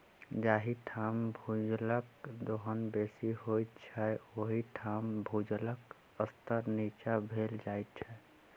जाहि ठाम भूजलक दोहन बेसी होइत छै, ओहि ठाम भूजलक स्तर नीचाँ भेल जाइत छै